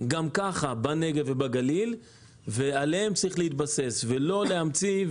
גם ככה בנגב ובגליל ועליהן צריך להתבסס ולא להמציא.